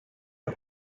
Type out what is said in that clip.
nka